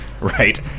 right